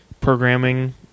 programming